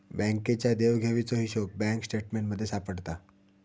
बँकेच्या देवघेवीचो हिशोब बँक स्टेटमेंटमध्ये सापडता